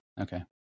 Okay